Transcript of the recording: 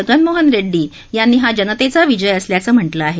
जगनमोहन रेड्डी यांनी हा जनतेचा विजय असल्याचं म्ह लं आहे